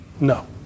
No